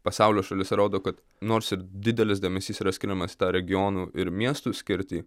pasaulio šalyse rodo kad nors ir didelis dėmesys yra skiriamas regionų ir miestų skirtį